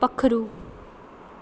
पक्खरू